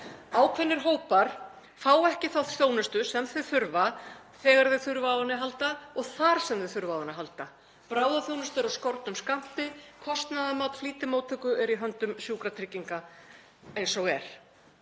Ákveðnir hópar fá ekki þá þjónustu sem þau þurfa þegar þau þurfa á henni að halda og þar sem þau þurfa á henni að halda. Bráðaþjónusta er af skornum skammti. Kostnaðarmat flýtimóttöku er í höndum Sjúkratrygginga eins og er.